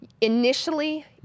Initially